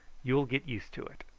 you will get used to it.